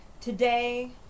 Today